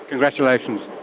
congratulations.